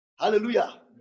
Hallelujah